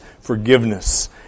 forgiveness